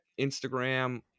Instagram